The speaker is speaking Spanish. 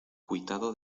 cuitado